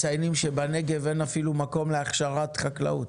מציינים שבנגב אין אפילו מקום להכשרת חקלאות